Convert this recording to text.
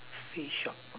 face shop